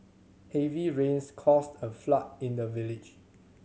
heavy rains caused a flood in the village